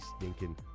stinking